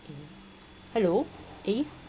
hello eh